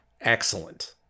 excellent